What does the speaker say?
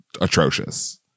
atrocious